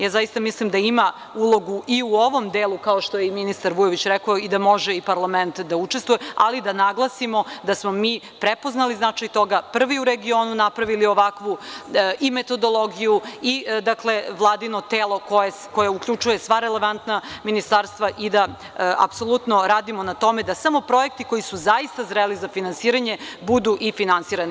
Ja zaista mislim da ima ulogu i u ovom delu, kao što je i ministar Vujović rekao i da može i parlament da učestvuje, ali da naglasimo da smo mi prepoznali značaj toga, prvi u regionu napravili ovakvu i metodologiju i Vladino telo koje uključuje sva relevantna ministarstva i da apsolutno radimo na tome da smo projekti koji su zaista zreli za finansiranje, budu i finansirani.